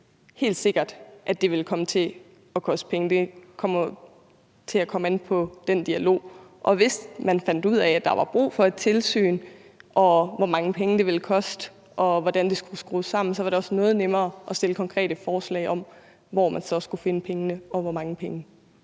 helt sikkert, at det vil komme til at koste penge. Det vil komme an på den dialog, og hvis man fandt ud af, at der var brug for et tilsyn, hvor mange penge det ville koste, og hvordan det skulle skrues sammen, så var det også noget nemmere at stille konkrete forslag om, hvor man så skulle finde pengene, og hvor mange penge